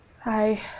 Hi